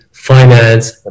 finance